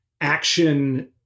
action